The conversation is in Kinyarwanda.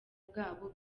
bwabo